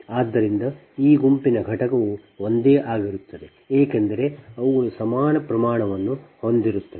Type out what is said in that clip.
ಆದ್ದರಿಂದ ಈ ಗುಂಪಿನ ಘಟಕವು ಒಂದೇ ಆಗಿರುತ್ತದೆ ಏಕೆಂದರೆ ಅವುಗಳು ಸಮಾನ ಪ್ರಮಾಣವನ್ನು ಹೊಂದಿರುತ್ತವೆ